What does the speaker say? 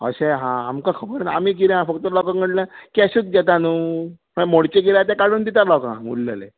अशें आहा आमकां खबर ना आमी कितें आहा फकत लोकां कडल्यान फकत कॅशूच घेता न्हू मागीर मोडचें कितें आहा तें काडून दितात लोकांक उरलेले